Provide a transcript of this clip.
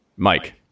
Mike